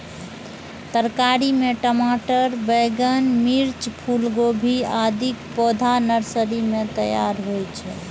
तरकारी मे टमाटर, बैंगन, मिर्च, फूलगोभी, आदिक पौधा नर्सरी मे तैयार होइ छै